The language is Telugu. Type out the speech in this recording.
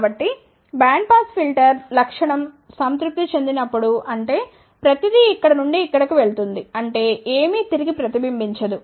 కాబట్టి బ్యాండ్పాస్ ఫిల్టర్ లక్షణం సంతృప్తి చెందినప్పుడు అంటే ప్రతి దీ ఇక్కడ నుండి ఇక్కడికి వెళుతుంది అంటే ఏమీ తిరిగి ప్రతిబింబించదు